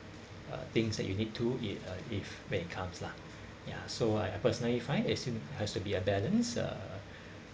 things that you need to it uh if when it comes lah ya so I I personally find as~ it has to be a balance uh